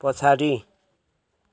पछाडि